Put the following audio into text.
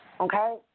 Okay